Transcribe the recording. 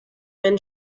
man